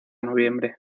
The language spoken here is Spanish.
noviembre